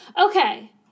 Okay